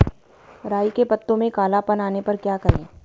राई के पत्तों में काला पन आने पर क्या करें?